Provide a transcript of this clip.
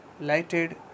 lighted